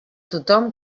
tothom